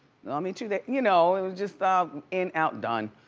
and i'll meet you there. you know it was just a in, out, done.